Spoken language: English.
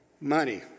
money